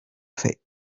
fait